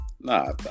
Nah